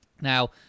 now